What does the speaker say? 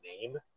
name